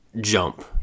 jump